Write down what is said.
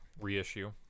reissue